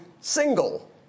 single